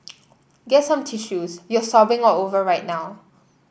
get some tissues you're sobbing all over right now